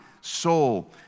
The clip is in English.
soul